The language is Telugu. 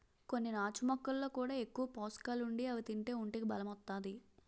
కొన్ని నాచు మొక్కల్లో కూడా ఎక్కువ పోసకాలుండి అవి తింతే ఒంటికి బలం ఒత్తాది